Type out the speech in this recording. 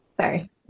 sorry